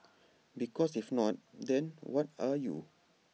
because if not then what are you